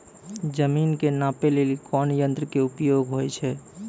जमीन के नापै लेली कोन यंत्र के उपयोग होय छै?